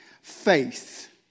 faith